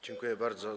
Dziękuję bardzo.